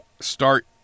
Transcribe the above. start